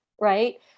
right